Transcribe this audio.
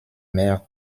mères